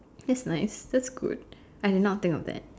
that's nice that's good I did not think of that